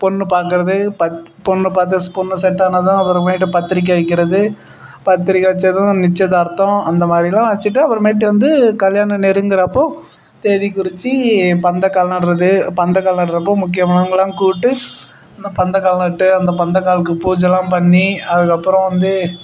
பொண்ணு பார்க்கறது பத் பொண்ணை பார்த்து பொண்ணு செட் ஆனதும் அப்புறமேட்டு பத்திரிகை வைக்கிறது பத்திரிகை வச்சதும் நிச்சயதார்த்தம் அந்த மாதிரிலாம் வச்சிட்டு அப்புறமேட்டு வந்து கல்யாணம் நெருங்குறப்போது தேதி குறிச்சு பந்தக்கால் நடுறது பந்தக்கால் நடுறப்போ முக்கியமானவங்கள்லாம் கூப்பிட்டு அந்தப் பந்தக்கால் நட்டு அந்தப் பந்தக்காலுக்கு பூஜைலாம் பண்ணி அதுக்கப்புறம் வந்து